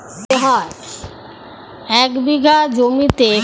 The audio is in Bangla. এক বিঘা জমিতে কত পরিমান ডি.এ.পি প্রয়োগ করতে পারি?